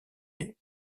est